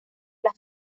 las